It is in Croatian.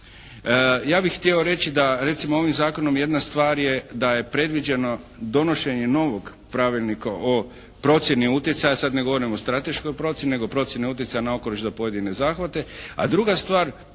Ja bih htio reći da recimo ovim zakonom jedna stvar je da je predviđeno donošenje novog pravilnika o procjeni utjecaja. Sad ne govorimo o strateškoj procjeni nego procjeni utjecaja na okoliš za pojedine zahvate, a druga stvar